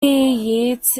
yeats